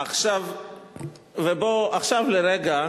עכשיו לרגע,